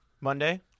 Monday